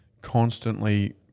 constantly